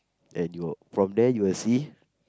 at your from there you'll see